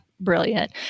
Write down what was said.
brilliant